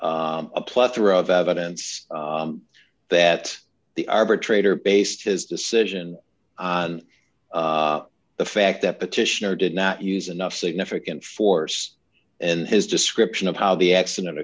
a plethora of evidence that the arbitrator based his decision on the fact that petitioner did not use enough significant force and his description of how the accident